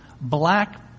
black